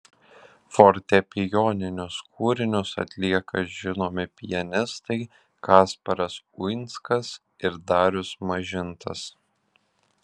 fortepijoninius kūrinius atlieka žinomi pianistai kasparas uinskas ir darius mažintas